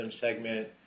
segment